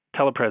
telepresence